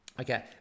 okay